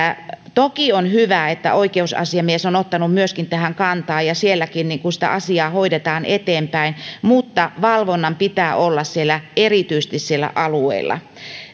toki on hyvä että oikeusasiamies on on ottanut myöskin tähän kantaa ja sielläkin sitä asiaa hoidetaan eteenpäin mutta valvonnan pitää olla erityisesti siellä alueilla